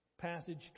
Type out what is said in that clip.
passage